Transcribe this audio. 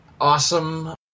Awesome